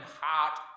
heart